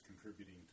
contributing